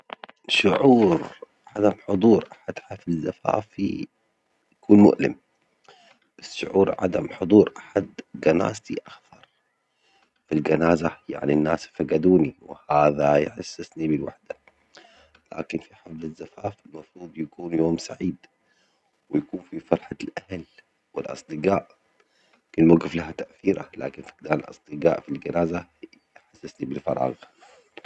شعور عدم حضور أحد حفل زفافي يكون مؤلم، بس شعور عدم حضور أحد جنازتي أخطر، الجنازة يعني الناس فجدوني وهذا يحسسني بالوحدة، لكن في حفلة الزفاف المفروض يكون يوم سعيد و يكون فيه فرحة الأهل والأصدجاء، كل موجف له تأثيره، لكن فجدان الأصدجاء في الجنازة يحسسني بالفراغ.